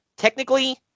Technically